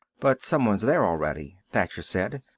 but someone's there already, thacher said.